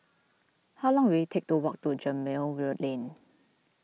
how long will it take to walk to Gemmill will Lane